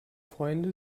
freunde